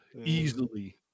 easily